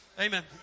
Amen